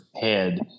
head